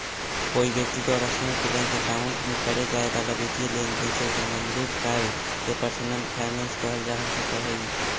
कोई व्यक्ति द्वारा स्वयं के बैंक अकाउंट में करे जाए वाला वित्तीय लेनदेन से संबंधित कार्य के पर्सनल फाइनेंस कहल जा सकऽ हइ